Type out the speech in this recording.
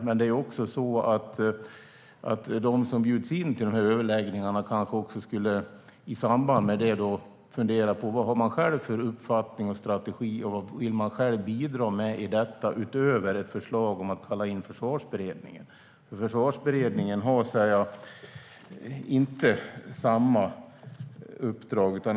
Men de som bjuds in till dessa överläggningar ska i samband med det kanske fundera på vad de själva har för uppfattning och strategi och vad de själva vill bidra med i detta utöver ett förslag om att kalla in Försvarsberedningen. Försvarsberedningen har inte samma uppdrag.